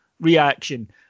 reaction